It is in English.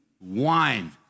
wine